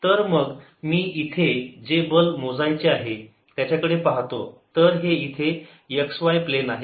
तर मग मी इथे जे बल मोजायचे आहे त्याच्याकडे पाहतो तर हे इथे x y प्लेन आहे